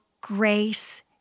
grace